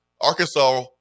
Arkansas